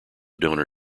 donor